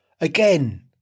again